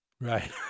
Right